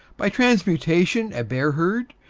by transmutation a bear-herd,